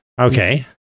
Okay